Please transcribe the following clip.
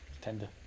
Tender